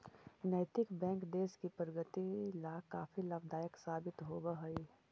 नैतिक बैंक देश की प्रगति ला काफी लाभदायक साबित होवअ हई